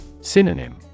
Synonym